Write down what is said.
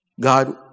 God